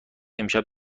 امشب